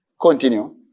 Continue